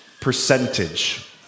percentage